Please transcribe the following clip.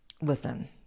Listen